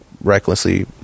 recklessly